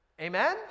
Amen